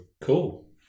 Cool